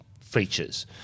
features